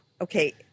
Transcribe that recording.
Okay